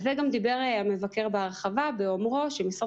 על זה גם דיבר המבקר בהרחבה באומרו שמשרד